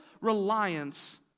reliance